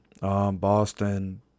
Boston